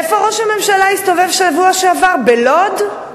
איפה ראש הממשלה הסתובב בשבוע שעבר, בלוד?